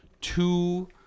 two